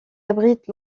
abrite